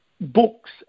books